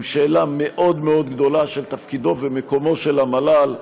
עם שאלה מאוד מאוד גדולה של תפקידו ומקומו של המל"ל,